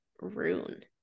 Rune